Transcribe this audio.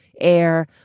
air